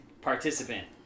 participant